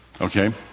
Okay